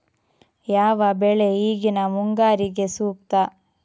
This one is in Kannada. ಯಾವ ಬೆಳೆ ಈಗಿನ ಮುಂಗಾರಿಗೆ ಸೂಕ್ತ?